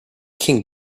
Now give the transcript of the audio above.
king